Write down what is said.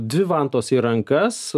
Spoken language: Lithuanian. dvi vantos į rankas